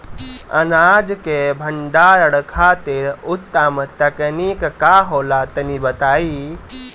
अनाज के भंडारण खातिर उत्तम तकनीक का होला तनी बताई?